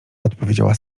odpowiedziała